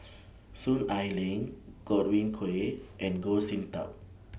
Soon Ai Ling Godwin Koay and Goh Sin Tub